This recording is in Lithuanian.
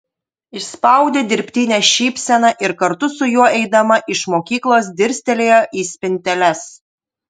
išspaudė dirbtinę šypseną ir kartu su juo eidama iš mokyklos dirstelėjo į spinteles